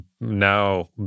Now